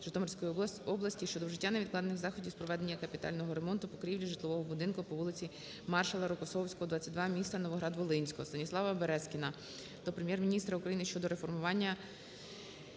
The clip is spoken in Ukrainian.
Житомирської області щодо вжиття невідкладних заходів з проведення капітального ремонту покрівлі житлового будинку по вулиці МаршалаРокосовського, 22 міста Новограда-Волинського. СтаніславаБерезкіна